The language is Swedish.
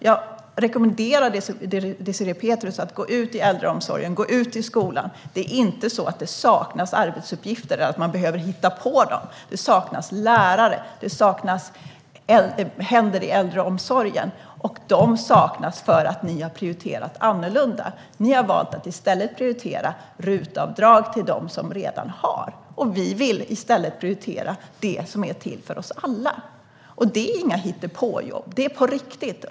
Jag rekommenderar Désirée Pethrus att gå ut och titta i äldreomsorgen eller i skolan. Det saknas inte arbetsuppgifter, så att man behöver hitta på dem. Det saknas lärare. Det saknas händer i äldreomsorgen. De saknas för att ni har prioriterat annorlunda. Ni har valt att i stället prioritera RUT-avdrag till dem som redan har. Vi vill i stället prioritera det som är till för oss alla. Det är inga hittepåjobb. De är på riktigt.